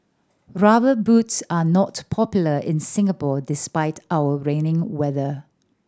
Rubber Boots are not popular in Singapore despite our rainy weather